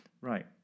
Right